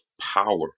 power